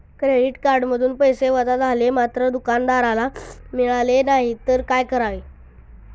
Credit कार्डमधून पैसे वजा झाले मात्र दुकानदाराला मिळाले नाहीत तर काय करावे?